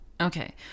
okay